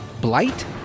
Blight